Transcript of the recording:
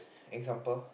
example